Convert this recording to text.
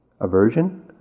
aversion